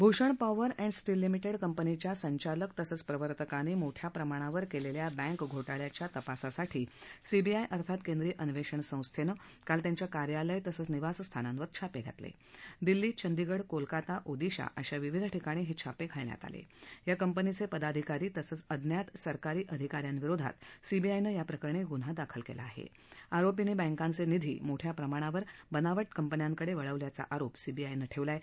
Bhushan power and steel limited कंपनीच्या संचालक तसंच प्रवर्तकांनी मोठ्या प्रमाणावर क्लिस्खा बँक घोटाळ्याचा तपासासाठी सीबाआय अर्थात केंद्रीय अन्वप्रिण संस्था काल त्यांच्या कार्यालय तसंच निवासस्थानांवर छाप तल दिल्ली चंदिगढ कोलकाता ओदिशा अशा विविध ठिकाणी हस्त्रापचिालण्यात आला त्रा कंपनीच प्रिदाधिकारी तसंच अज्ञात सरकारी अधिका यांविरोधात सीबीआयनं याप्रकरणी गुन्हा दाखल कला आहा आरोपींनी बँकांचा निधी मोठ्या प्रमाणावर बनावट कंपन्यांकडविळवल्याचा आरोप सीबीआयनं ठब्लिा आह